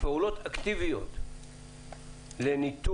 פעולות אקטיביות לניתוב,